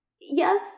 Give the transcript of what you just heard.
Yes